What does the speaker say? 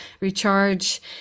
recharge